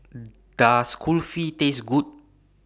Does Kulfi Taste Good